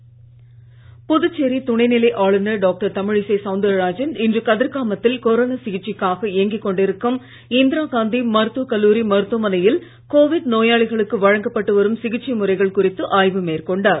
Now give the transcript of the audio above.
தமிழிசை புதுச்சேரி துணை நிலை ஆளுநர் டாக்டர் தமிழிசை சவுந்தரராஜன் இன்று கதிர்காமத்தில் கொரோனா சிகிச்சைக்காக இயங்கிக் கொண்டிருக்கும் இந்திராகாந்தி மருத்துவக் கல்லூரி மருத்துவமனையில் கோவிட் நோயாளிகளுக்கு வழங்கப்பட்டு வரும் சிகிச்சை முறைகள் குறித்து ஆய்வு மேற்கொண்டார்